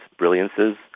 brilliances